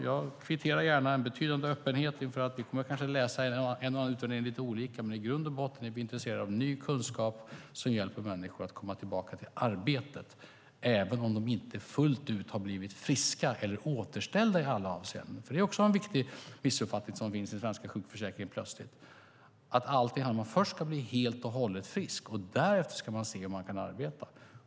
Jag kvitterar gärna en betydande öppenhet inför att vi kanske kommer att läsa en och annan utredning lite olika, men i grund och botten är vi intresserade av ny kunskap som hjälper människor att komma tillbaka till arbetet även om de inte fullt ut har blivit friska eller återställda. Det är en missuppfattning i den svenska sjukförsäkringen att man alltid först ska bli helt och hållet frisk, och därefter ska man se om man kan arbeta.